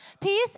Peace